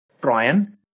Brian